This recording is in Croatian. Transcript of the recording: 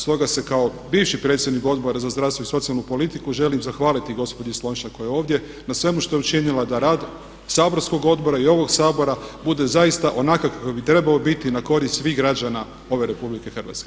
Stoga se kao bivši predsjednik Odbora za zdravstvo i socijalnu politiku želim zahvaliti gospođi Slonjšak koja je ovdje na svemu što je učinila da rad saborskog odbora i ovog Sabora bude zaista onakav kakav bi trebao biti i na korist svih građana ove RH.